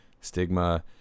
stigma